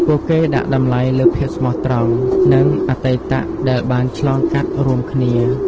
ពួកគេដាក់តម្លៃលើភាពស្មោះត្រង់ និងអតីតដែលបានឆ្លងកាត់រួមគ្នា។